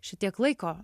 šitiek laiko